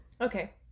Okay